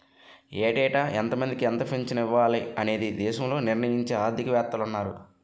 ఏటేటా ఎంతమందికి ఎంత పింఛను ఇవ్వాలి అనేది దేశంలో నిర్ణయించే ఆర్థిక వేత్తలున్నారు